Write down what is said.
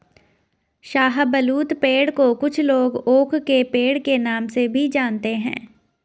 शाहबलूत पेड़ को कुछ लोग ओक के पेड़ के नाम से भी जानते है